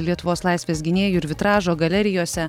lietuvos laisvės gynėjų ir vitražo galerijose